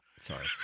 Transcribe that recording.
sorry